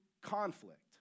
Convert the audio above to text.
conflict